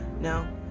No